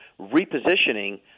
repositioning